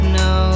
no